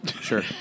Sure